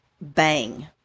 bang